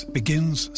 begins